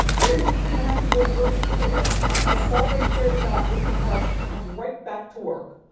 and and had to go to urgent care and all they cared about was for her to come right back to work.